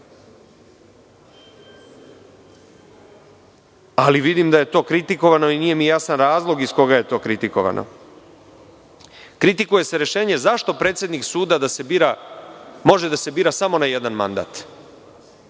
ali vidim da je to kritikovano i nije mi jasan razlog iz koga je to kritikovano. Kritikuje se rešenje - zašto predsednik suda može da se bira samo na jedan mandat?